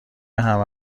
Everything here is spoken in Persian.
همه